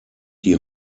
die